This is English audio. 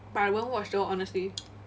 but I won't watch though honestly